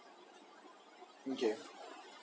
okay